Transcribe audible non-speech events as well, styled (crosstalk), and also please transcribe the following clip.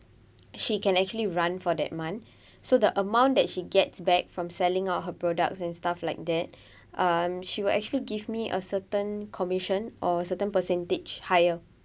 she can actually run for that month (breath) so the amount that she gets back from selling out her products and stuff like that (breath) um she will actually give me a certain commission or certain percentage higher